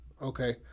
Okay